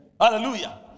hallelujah